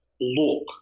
look